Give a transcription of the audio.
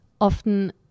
often